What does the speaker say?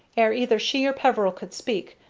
ere either she or peveril could speak,